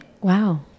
Wow